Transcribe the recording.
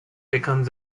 becomes